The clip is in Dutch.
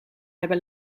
hebben